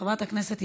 מס' 9916